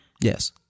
yes